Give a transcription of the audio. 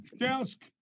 desk